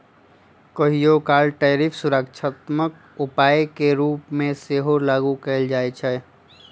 कहियोकाल टैरिफ सुरक्षात्मक उपाय के रूप में सेहो लागू कएल जाइ छइ